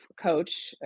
coach